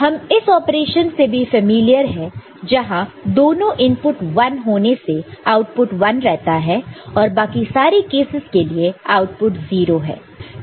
हम इस ऑपरेशन से भी फैमिलियर है जहां दोनों इनपुट 1 होने से आउटपुट 1 रहता है और बाकी सारे कैसेस के लिए आउटपुट 0 है